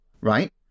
right